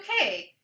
okay